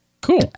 cool